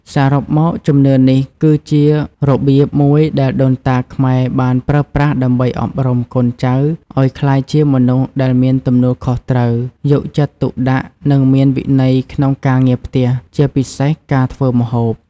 សរុបមក ជំនឿនេះគឺជារបៀបមួយដែលដូនតាខ្មែរបានប្រើប្រាស់ដើម្បីអប់រំកូនចៅឱ្យក្លាយជាមនុស្សដែលមានទំនួលខុសត្រូវ យកចិត្តទុកដាក់ និងមានវិន័យក្នុងការងារផ្ទះ ជាពិសេសការធ្វើម្ហូប។